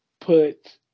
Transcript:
put